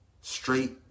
straight